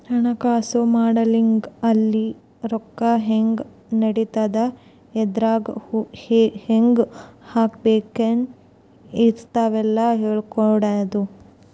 ಹಣಕಾಸು ಮಾಡೆಲಿಂಗ್ ಅಲ್ಲಿ ರೊಕ್ಕ ಹೆಂಗ್ ನಡಿತದ ಎದ್ರಾಗ್ ಹೆಂಗ ಹಾಕಬೇಕ ಇಂತವೆಲ್ಲ ಹೇಳ್ಕೊಡೋದು